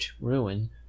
ruin